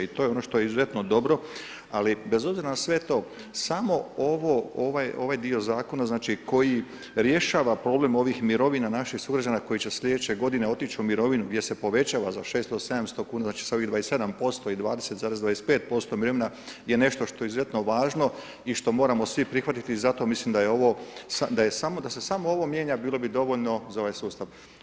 I to je ono što je izuzetno dobro, ali bez obzira na sve to, samo ovaj dio zakona koji rješava problem ovih mirovina naših sugrađana koji će sljedeće godine otić u mirovinu gdje se povećava za 600, 700kn, znači sa ovih 27% i 20,25% je nešto što je izuzetno važno i što moramo svi prihvatiti i zato mislim da je samo da se samo ovo mijenja bilo bi dovoljno za ovaj sustav.